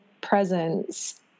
presence